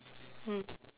mm